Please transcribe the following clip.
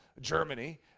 Germany